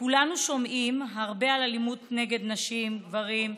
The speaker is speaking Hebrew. כולנו שומעים הרבה על אלימות נגד נשים, גברים.